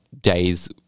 days